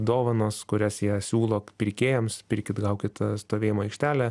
dovanos kurias jie siūlo pirkėjams pirkit gaukit a stovėjimo aikštelę